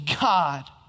God